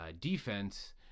defense